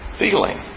feeling